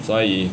所以